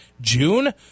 June